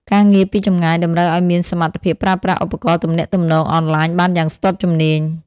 ការងារពីចម្ងាយតម្រូវឱ្យមានសមត្ថភាពប្រើប្រាស់ឧបករណ៍ទំនាក់ទំនងអនឡាញបានយ៉ាងស្ទាត់ជំនាញ។